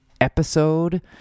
episode